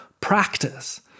practice